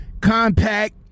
Compact